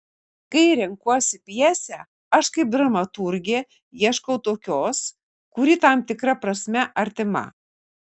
kai renkuosi pjesę aš kaip dramaturgė ieškau tokios kuri tam tikra prasme artima